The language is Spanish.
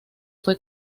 fue